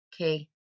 okay